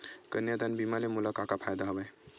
कन्यादान बीमा ले मोला का का फ़ायदा हवय?